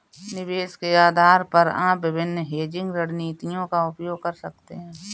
निवेश के आधार पर आप विभिन्न हेजिंग रणनीतियों का उपयोग कर सकते हैं